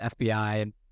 FBI